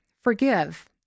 forgive